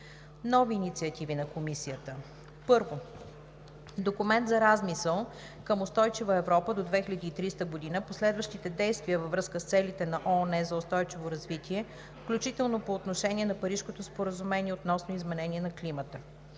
Нови инициативи на Комисията: 1. Документ за размисъл „Към устойчива Европа до 2030 г., последващите действия във връзка с целите на ООН за устойчиво развитие, включително по отношение на Парижкото споразумение относно изменението на климата“